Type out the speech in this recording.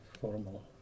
formal